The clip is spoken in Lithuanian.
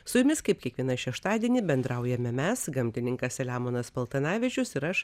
su jumis kaip kiekvieną šeštadienį bendraujame mes gamtininkas selemonas paltanavičius ir aš